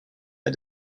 had